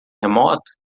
remoto